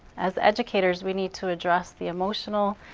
as educators, we need to address the emotional,